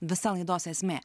visa laidos esmė